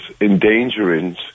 endangering